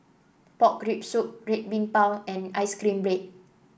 Pork Rib Soup Red Bean Bao and ice cream bread